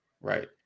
right